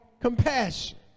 compassion